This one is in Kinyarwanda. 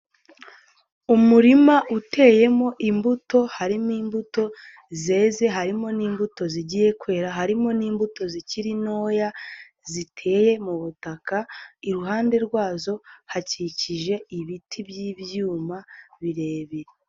Umurima uteyemo imbuto harimo imbuto zeze, harimo n'imbuto zigiye kwera, harimo n'imbuto zikiri ntoya ziteye mu butaka, iruhande rwazo hakikije ibiti by'ibyuma birebire.